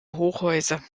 hochhäuser